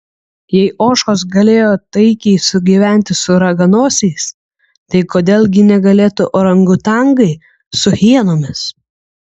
jei ožkos galėjo taikiai sugyventi su raganosiais tai kodėl gi negalėtų orangutangai su hienomis